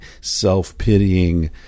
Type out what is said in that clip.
self-pitying